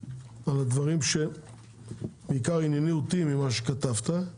על הדברים בעיקר --- ממה שכתבת.